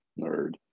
nerd